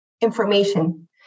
information